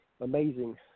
amazing